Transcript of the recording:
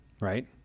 right